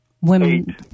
Women